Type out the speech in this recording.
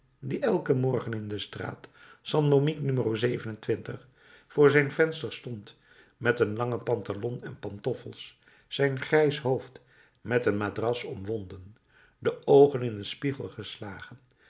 die elken morgen in de straat st dominique no voor zijn venster stond met een lange pantalon en pantoffels zijn grijs hoofd met een madras omwonden de oogen in een spiegel geslagen